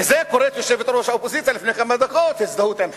לזה קוראת יושבת-ראש האופוזיציה לפני כמה דקות: הזדהות עם "חמאס".